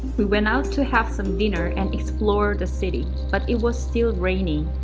we went out to have some dinner and explore the city, but it was still rainy.